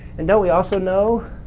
and don't we also know